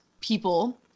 people